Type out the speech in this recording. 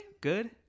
Good